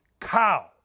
cow